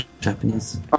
Japanese